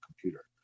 computer